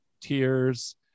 tears